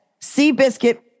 Seabiscuit